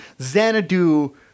Xanadu